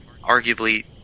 arguably